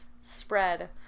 spread